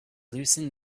loosened